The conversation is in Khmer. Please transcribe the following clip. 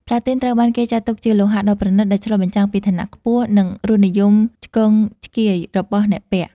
ផ្លាទីនត្រូវបានគេចាត់ទុកជាលោហៈដ៏ប្រណិត ដែលឆ្លុះបញ្ចាំងពីឋានៈខ្ពស់ និងរសនិយមឆ្គងឆ្គាយរបស់អ្នកពាក់។